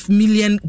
million